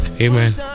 Amen